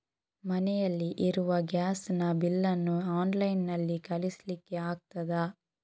ಮನೆಯಲ್ಲಿ ಇರುವ ಗ್ಯಾಸ್ ನ ಬಿಲ್ ನ್ನು ಆನ್ಲೈನ್ ನಲ್ಲಿ ಕಳಿಸ್ಲಿಕ್ಕೆ ಆಗ್ತದಾ?